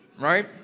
Right